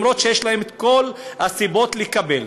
גם אם יש להם כל הסיבות לקבל.